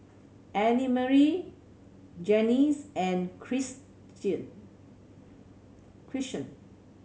Annemarie Junius and Christion